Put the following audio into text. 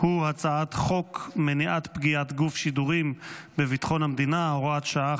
הצעת חוק מניעת פגיעת גוף שידורים בביטחון המדינה (הוראת שעה,